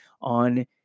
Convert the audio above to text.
on